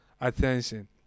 attention